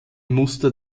muster